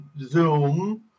Zoom